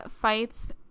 fights